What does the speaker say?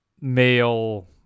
male